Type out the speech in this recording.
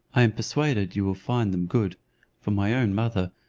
i am persuaded you will find them good for my own mother,